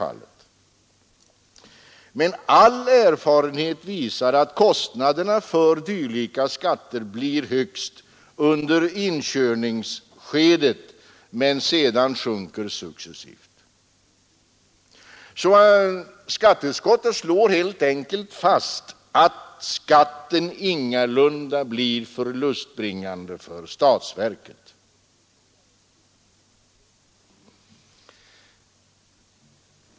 All erfarenhet visar att kostnaderna för dylika skatter blir högst under inkörningsskedet men sedan sjunker successivt. Skatteutskottet slår helt enkelt fast att skatten ingalunda blir förlustbringande för statsverket.